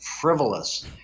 frivolous